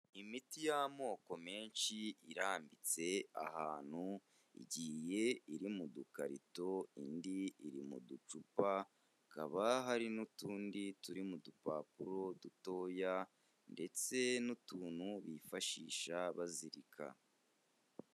Imiti y'amoko menshi irambitse ahantu igiye iri mu dukarito indi iri mu ducupa hakaba hari n'utundi turi mu dupapuro dutoya ndetse n'utuntu bifashisha bazirika.